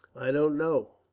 i don't know,